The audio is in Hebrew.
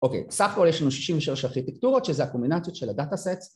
אוקיי, בסך הכל יש לנו 63 ארכיטקטורות, שזה הקומבינציות של הדאטאסנס